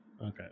Okay